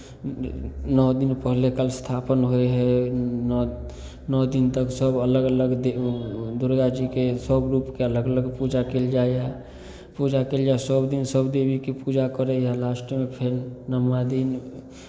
नओ दिन पहिले कलशस्थापन होइ हइ नओ नओ दिन तक सभ अलग अलग द् दुर्गा जीके सभ रूपके अलग अलग पूजा कयल जाइए पूजा कयल जाय सभदिन सभ देवीके पूजा करैए लास्टमे फेर नओमा दिन